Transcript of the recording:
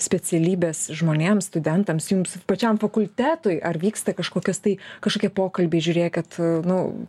specialybės žmonėms studentams jums pačiam fakultetui ar vyksta kažkokios tai kažkokie pokalbiai žiūrėkit nu